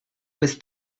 was